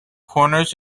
corners